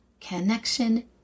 connection